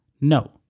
No